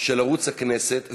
של ערוץ הכנסת.